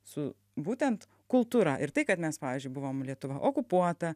su būtent kultūra ir tai kad mes pavyzdžiui buvom lietuva okupuota